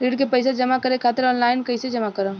ऋण के पैसा जमा करें खातिर ऑनलाइन कइसे जमा करम?